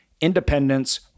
independence